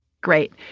Great